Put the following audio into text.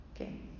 Okay